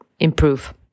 improve